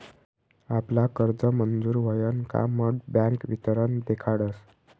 आपला कर्ज मंजूर व्हयन का मग बँक वितरण देखाडस